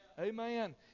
Amen